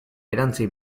erantsi